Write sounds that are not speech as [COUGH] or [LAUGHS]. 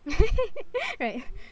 [LAUGHS] alright